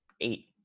eight